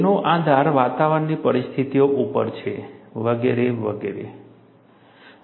તેનો આધાર વાતાવરણની પરિસ્થિતિઓ ઉપર છે વગેરે વગેરે વગેરે